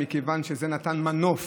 מכיוון שזה נתן מנוף